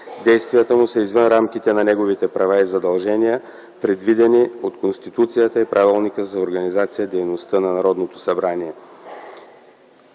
Действията му са извън рамките на неговите права и задължения, предвидени от Конституцията и Правилника за организацията и дейността на Народното събрание.